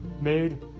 made